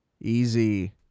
Easy